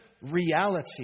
reality